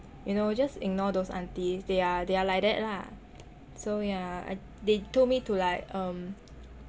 you know just ignore those aunties they are they are like that lah so yeah I they told me to like um